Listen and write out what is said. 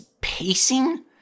pacing